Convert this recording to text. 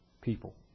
people